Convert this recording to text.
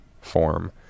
form